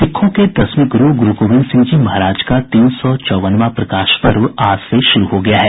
सिखों के दसवें गुरू गुरूगोविंद सिंह जी महाराज का तीन सौ चौवनवां प्रकाश पर्व आज से शुरू हो गया है